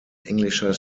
englischer